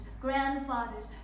grandfathers